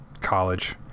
college